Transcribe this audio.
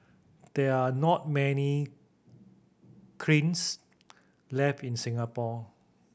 there are not many kilns left in Singapore